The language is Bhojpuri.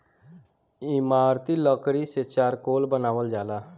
इमारती लकड़ी से चारकोल बनावल जाला